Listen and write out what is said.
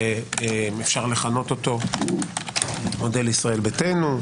שאפשר לכנותו מודל ישראל ביתנו,